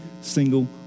single